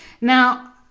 Now